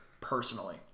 personally